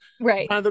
right